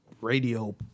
radio